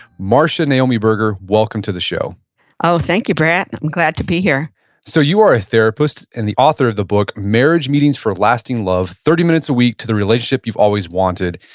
marcia naomi berger, welcome to the show oh, thank you brett. and i'm glad to be here so you are a therapist, and the author of the book, marriage meetings for lasting love, thirty minutes a week to the relationship you've always wanted.